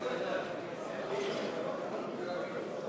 אני לא צריכה להקריא, נכון?